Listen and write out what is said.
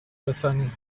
رسانی